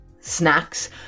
snacks